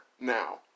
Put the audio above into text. now